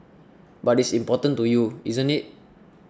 but it's important to you isn't it